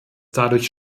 dadurch